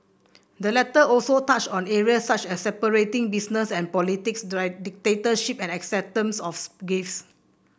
the letter also touched on areas such as separating business and politics directorships and acceptance of gifts